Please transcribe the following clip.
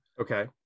Okay